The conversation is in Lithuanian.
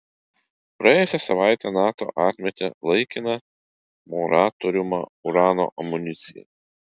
praėjusią savaitę nato atmetė laikiną moratoriumą urano amunicijai